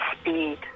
speed